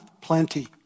plenty